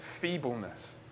feebleness